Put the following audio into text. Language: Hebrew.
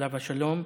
עליו השלום,